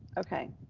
okay,